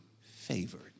favored